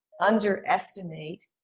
underestimate